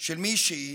של מישהי